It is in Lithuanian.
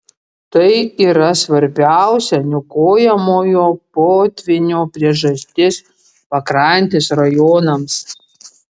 tai yra svarbiausia niokojamojo potvynio priežastis pakrantės rajonams